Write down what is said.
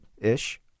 ish